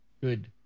good